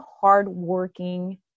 hardworking